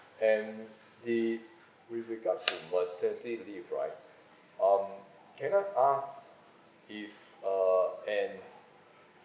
and the with regards to maternity leave right um can I ask if err